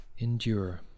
Endure